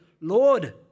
Lord